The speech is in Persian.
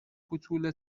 کوتوله